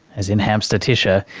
as in hamster tisha,